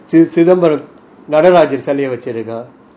சிதம்பரம்நடராஜர்செலையவச்சிருக்கான்:sidhambaram nadarajar selaya vachirukan